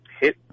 hit